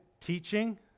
Teaching